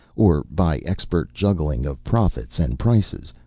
or by expert juggling of profits and prices,